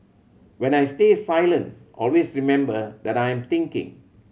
when I stay silent always remember that I'm thinking